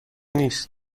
نیست